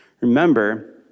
Remember